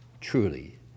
truly